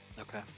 okay